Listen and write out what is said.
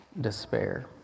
despair